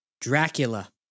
Dracula